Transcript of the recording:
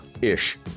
ish